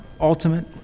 ultimate